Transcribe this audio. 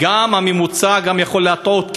הממוצע יכול גם להטעות,